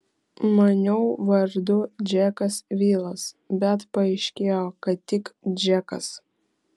maniau vardu džekas vilas bet paaiškėjo kad tik džekas